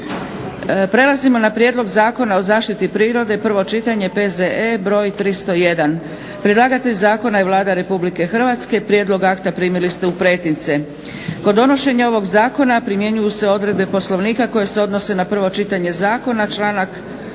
prelazimo na - Prijedlog Zakona o zaštiti prirode, prvo čitanje, P.Z.E. br. 301 Predlagatelj zakona je Vlada RH. Prijedlog akta primili ste u pretince. Kod donošenja ovog zakona primjenjuju se odredbe poslovnika koje se odnose na prvo čitanje zakona, članci